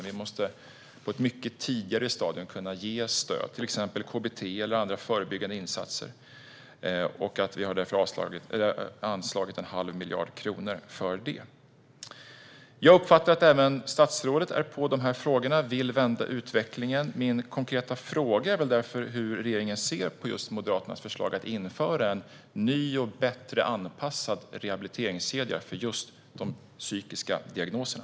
Vi måste på ett mycket tidigare stadium kunna ge stöd, till exempel KBT eller andra förebyggande insatser. Därför har vi anslagit en halv miljard kronor för det. Jag uppfattar att även statsrådet är på i dessa frågor och vill vända utvecklingen. Min konkreta fråga är därför hur regeringen ser på Moderaternas förslag att införa en ny och bättre anpassad rehabiliteringskedja för just de psykiska diagnoserna.